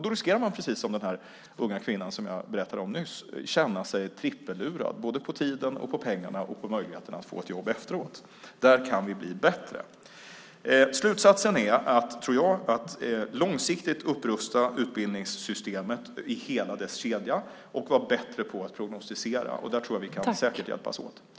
Då riskerar man, precis som den unga kvinna som jag berättade om nyss, att känna sig trippellurad: på tiden, på pengarna och på möjligheterna att få ett jobb efteråt. Där kan vi bli bättre. Slutsatsen man kan dra tror jag är att långsiktigt upprusta utbildningssystemet längs hela dess kedja och vara bättre på att prognostisera. Där tror jag säkert att vi kan hjälpas åt.